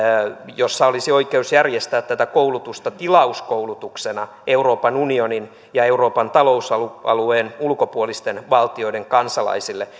jossa olisi oikeus järjestää tätä koulutusta tilauskoulutuksena euroopan unionin ja euroopan talousalueen ulkopuolisten valtioiden kansalaisille